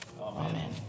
Amen